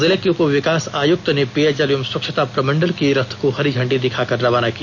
जिले के उपविकास आयुक्त ने पेयजल एवं स्वच्छता प्रमंडल के रथ को हरी झंडी दिखाकर रवाना किया